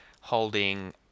holding